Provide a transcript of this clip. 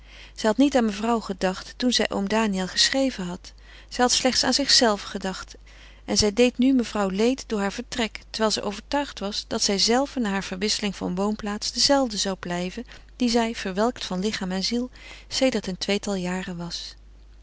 had niet aan mevrouw gedacht toen zij oom daniël geschreven had zij had slechts aan zichzelve gedacht en zij deed nu mevrouw leed door haar vertrek terwijl zij overtuigd was dat zijzelve na hare verwisseling van woonplaats de zelfde zou blijven die zij verwelkt van lichaam en ziel sedert een tweetal jaren was